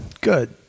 good